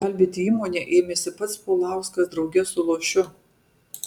gelbėti įmonę ėmėsi pats paulauskas drauge su lošiu